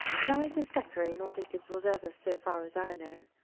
neither thackeray nor dickens was ever, so far as i know,